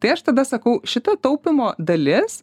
tai aš tada sakau šita taupymo dalis